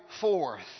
forth